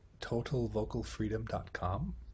totalvocalfreedom.com